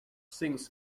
sings